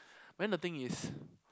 but then the thing is